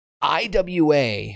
IWA